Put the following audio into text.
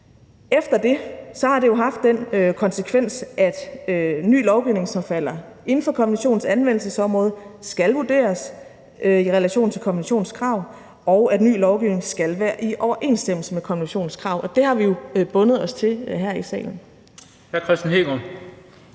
Efter det har det jo haft den konsekvens, at ny lovgivning, som falder inden for konventionens anvendelsesområde, skal vurderes i relation til konventionens krav, og at ny lovgivning skal være i overensstemmelse med konventionens krav, og det har vi jo bundet os til her i salen.